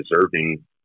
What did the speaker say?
deserving